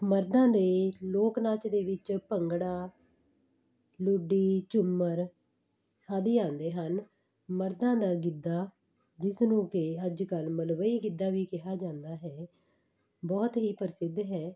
ਮਰਦਾਂ ਦੇ ਲੋਕ ਨਾਚ ਦੇ ਵਿੱਚ ਭੰਗੜਾ ਲੂਡੀ ਝੁੰਮਰ ਆਦਿ ਆਉਂਦੇ ਹਨ ਮਰਦਾਂ ਦਾ ਗਿੱਧਾ ਜਿਸ ਨੂੰ ਕਿ ਅੱਜ ਕੱਲ੍ਹ ਮਲਵਈ ਗਿੱਧਾ ਵੀ ਕਿਹਾ ਜਾਂਦਾ ਹੈ ਬਹੁਤ ਹੀ ਪ੍ਰਸਿੱਧ ਹੈ